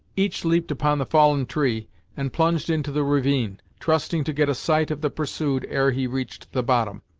each leaped upon the fallen tree and plunged into the ravine, trusting to get a sight of the pursued ere he reached the bottom.